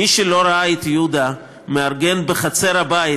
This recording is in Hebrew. מי שלא ראה את יהודה מארגן בחצר הבית